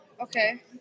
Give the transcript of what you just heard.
okay